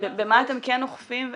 --- במה אתם כן אוכפים.